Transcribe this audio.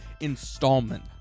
installment